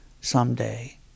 someday